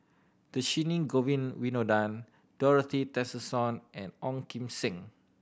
Dhershini Govin Winodan Dorothy Tessensohn and Ong Kim Seng